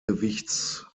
gewichts